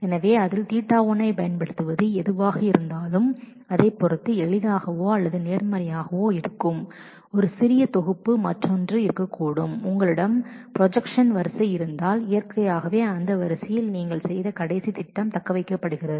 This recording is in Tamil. எனவே அதில் Ɵ1 ஐப் பயன்படுத்துவது எளிமையாக இருந்தாலும் வேறொரு சிறிய தொகுப்பு மற்றொன்று இருக்கக்கூடும் உங்களிடம் ப்ரொஜெக்ஷன்ஸ் வரிசை இருந்தால் இயற்கையாகவே அந்த வரிசையில் நீங்கள் செய்த கடைசி ப்ரொஜெக்ஷன்ஸ் திட்டம் தக்கவைக்கப்படுகிறது